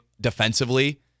defensively